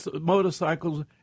motorcycles